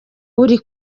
uri